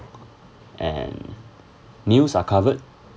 and meals are covered